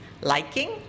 liking